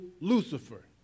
Lucifer